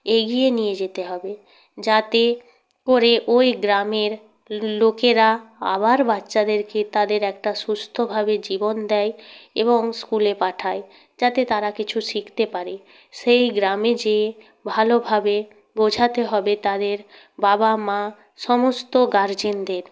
এগিয়ে নিয়ে যেতে হবে যাতে করে ওই গ্রামের লো লোকেরা আবার বাচ্চাদেরকে তাদের একটা সুস্থভাবে জীবন দেয় এবং স্কুলে পাঠায় যাতে তারা কিছু শিখতে পারে সেই গ্রামে যেয়ে ভালোভাবে বোঝাতে হবে তাদের বাবা মা সমস্ত গার্জেনদের